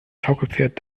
schaukelpferd